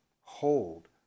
hold